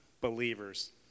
believers